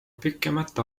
pikemat